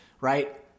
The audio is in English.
right